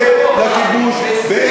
רק מעצם העובדה שהם מתנגדים לכיבוש.